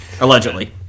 Allegedly